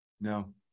No